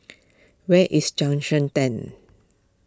where is Junction ten